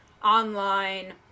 online